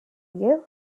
you